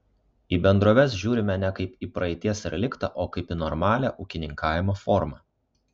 į bendroves žiūrime ne kaip į praeities reliktą o kaip į normalią ūkininkavimo formą